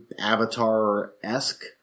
avatar-esque